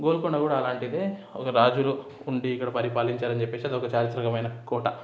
గోల్కొండ కూడా అలాంటిదే ఒక రాజులు ఉండి ఇక్కడ పరిపాలించారని చెప్పేసి అది ఒక చారిత్రాత్మకమైన కోట